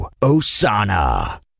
osana